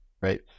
Right